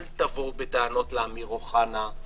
אל תבואו בטענות לאמיר אוחנה,